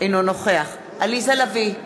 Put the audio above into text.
אינו נוכח עליזה לביא,